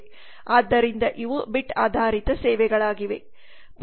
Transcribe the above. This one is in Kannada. ಆದ್ದರಿಂದ ಇವು ಬಿಟ್ ಆಧಾರಿತ ಸೇವೆಗಳಾಗಿವೆ